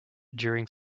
during